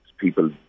people